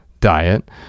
diet